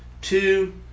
Two